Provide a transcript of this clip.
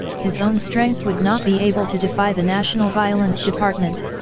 his own strength would not be able to defy the national violence department,